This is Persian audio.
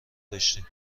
داشتیم